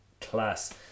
class